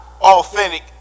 authentic